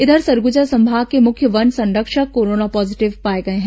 इधर सरगुजा संभाग के मुख्य वन संरक्षक कोरोना पॉजीटिव पाए गए हैं